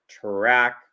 track